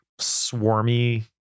swarmy